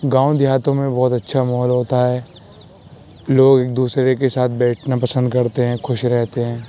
گاؤں دیہاتوں میں بہت اچھا ماحول ہوتا ہے لوگ ایک دوسرے کے ساتھ بیٹھنا پسند کرتے ہیں خوش رہتے ہیں